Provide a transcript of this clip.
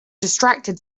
distracted